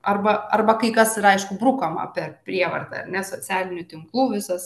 arba arba kai kas yra aišku brukama per prievartą ar ne socialinių tinklų visas